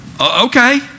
okay